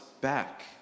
back